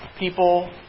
people